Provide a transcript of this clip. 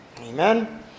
amen